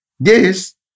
Yes